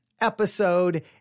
episode